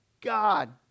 God